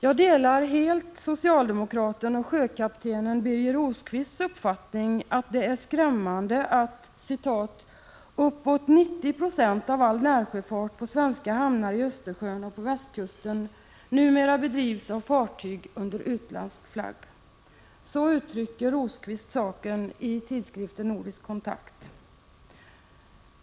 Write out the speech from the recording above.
Jag delar helt socialdemokraten och sjökaptenen Birger Rosqvists uppfattning att det är skrämmande att ”uppåt 90 96 av all närsjöfart på svenska hamnar i Östersjön och på västkusten numera bedrivs av fartyg under utländsk flagg”. — Så uttrycker Rosqvist saken i tidskriften Nordisk Kontakt.